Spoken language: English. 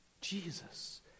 Jesus